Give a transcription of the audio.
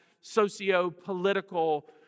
socio-political